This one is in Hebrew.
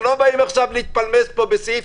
אנחנו לא באים עכשיו להתפלמס פה בסעיף